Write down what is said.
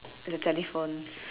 the telephone